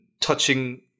touching